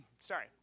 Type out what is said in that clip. sorry